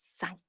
sight